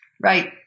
Right